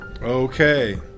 Okay